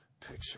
picture